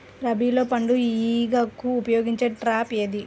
బీరలో పండు ఈగకు ఉపయోగించే ట్రాప్ ఏది?